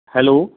hello